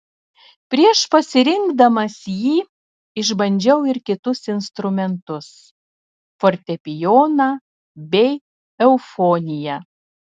prieš pasirinkdamas jį išbandžiau ir kitus instrumentus fortepijoną bei eufoniją